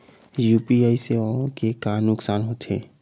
UPI सेवाएं के का नुकसान हो थे?